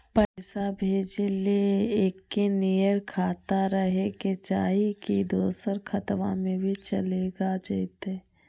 पैसा भेजे ले एके नियर खाता रहे के चाही की दोसर खाता में भी चलेगा जयते?